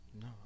No